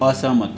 असहमत